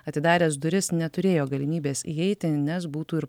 atidaręs duris neturėjo galimybės įeiti nes būtų ir